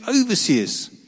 overseers